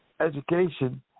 education